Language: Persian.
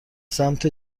سمت